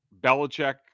Belichick